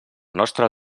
nostre